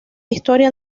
historia